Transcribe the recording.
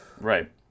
Right